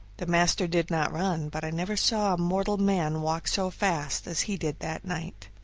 the master did not run, but i never saw mortal man walk so fast as he did that night.